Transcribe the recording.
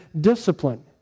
discipline